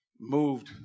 moved